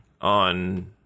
on